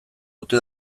ote